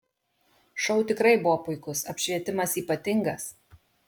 šou tikrai buvo puikus apšvietimas ypatingas